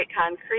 concrete